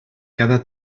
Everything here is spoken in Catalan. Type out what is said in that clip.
cada